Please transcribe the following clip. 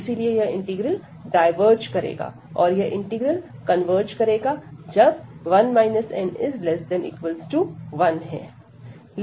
इसीलिए यह integral diverge करेगा और यह इंटीग्रल कन्वर्ज करेगा जब 1 n ≤ 1 है